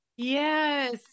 Yes